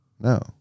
No